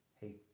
hey